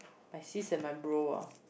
my sis and my bro ah